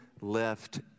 left